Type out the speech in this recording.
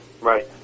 right